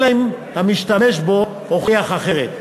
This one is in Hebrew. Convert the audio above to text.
אלא אם המשתמש בו הוכיח אחרת.